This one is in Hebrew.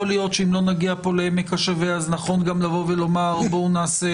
יכול להיות שאם לא נגיע פה לעמק השווה אז נכון גם לבוא ולומר: בואו נעשה